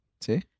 See